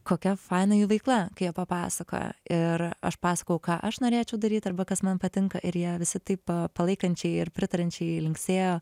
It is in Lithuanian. kokia faina jų veikla kai jie papasakojo ir aš pasakojau ką aš norėčiau daryt arba kas man patinka ir jie visi taip pat palaikančiai ir pritariančiai linksėjo